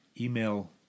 email